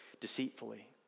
deceitfully